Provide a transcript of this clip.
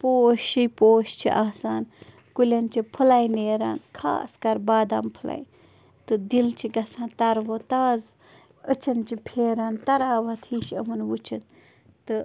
پوشی پوش چھِ آسان کُلٮ۪ن چھِ پھٕلَے نیران خاص کر بادام پھٕلَے تہٕ دِل چھِ گَژھان تَر وَ تازٕ أچھَن چھِ پھیران تَراوت ہِش یِمن وٕچتھ تہٕ